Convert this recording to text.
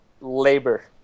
labor